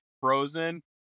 frozen